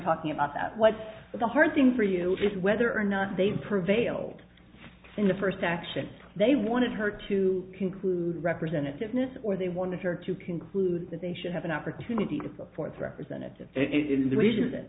talking about that what the hard thing for you is whether or not they prevailed in the first action they wanted her to conclude representativeness or they wanted her to conclude that they should have an opportunity to put forth representative it is the reason that